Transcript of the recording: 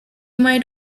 might